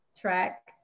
track